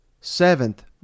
seventh